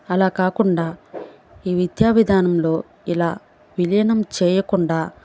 అలా కాకుండా ఈ విద్యా విధానంలో ఇలా విలీనం చేయకుండా